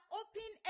open